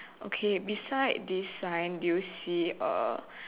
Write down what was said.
okay beside this sign do you see a